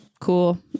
Cool